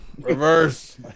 Reverse